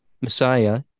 Messiah